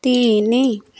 ତିନି